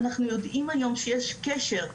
אנחנו יודעים היום שיש קשר,